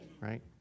right